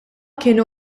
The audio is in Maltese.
kienu